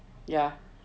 ya